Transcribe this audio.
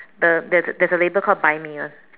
the the there is a label called buy me [one]